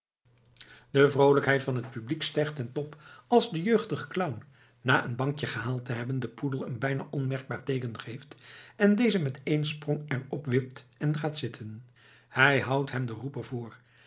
de vroolijkheid van het publiek stijgt ten top als de jeugdige clown na een bankje gehaald te hebben den poedel een bijna onmerkbaar teeken geeft en deze met één sprong er op wipt en gaat zitten hij houdt hem den roeper voor